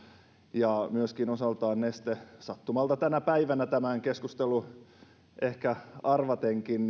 ja myöskin osaltaan neste sattumalta tänä päivänä tämän keskustelun ehkä arvatenkin